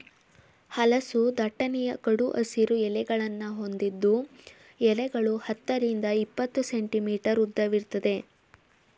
ಹಲಸು ದಟ್ಟನೆಯ ಕಡು ಹಸಿರು ಎಲೆಗಳನ್ನು ಹೊಂದಿದ್ದು ಎಲೆಗಳು ಹತ್ತರಿಂದ ಇಪ್ಪತ್ತು ಸೆಂಟಿಮೀಟರ್ ಉದ್ದವಿರ್ತದೆ